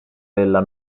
della